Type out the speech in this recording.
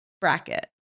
bracket